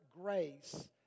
grace